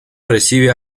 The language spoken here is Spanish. recibe